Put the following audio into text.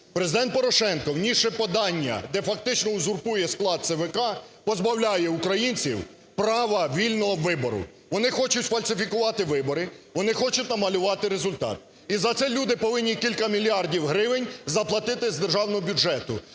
Президент Порошенко, внісши подання, де фактично узурпує склад ЦВК, позбавляє українців права вільного вибору. Вони хочуть фальсифікувати вибори, вони хочуть намалювати результат. І за це люди повинні кілька мільярдів гривень заплатити з державного бюджету,